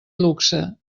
luxe